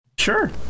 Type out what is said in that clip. Sure